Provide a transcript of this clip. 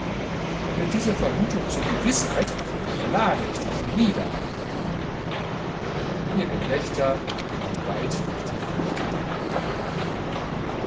wird diese vermutung zur gewißheit so schlage ich dich nieder ihr gelächter klang weit durch die fichten